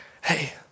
hey